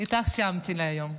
איתך סיימתי להיום.